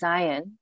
Zion